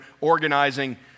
organizing